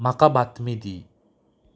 म्हाका बातमी दी